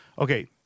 Okay